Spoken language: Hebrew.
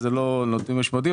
אבל אלה לא נתונים משמעותיים.